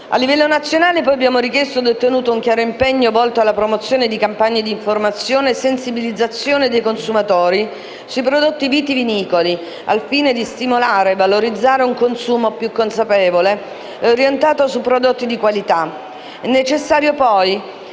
A livello nazionale, poi, abbiamo richiesto e ottenuto un chiaro impegno volto alla promozione di campagne di informazione e sensibilizzazione dei consumatori sui prodotti vitivinicoli, al fine di stimolare e valorizzare un consumo più consapevole e orientato su prodotti di qualità. È necessario, poi,